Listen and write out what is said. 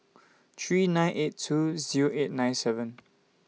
three nine eight two Zero eight nine seven